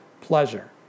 pleasure